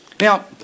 Now